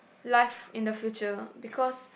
life in the future because